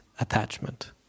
attachment